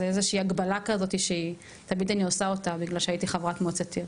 זו איזושהי הקבלה כזאת שאני תמיד עושה אותה מפני שהייתי חברת מועצת עיר.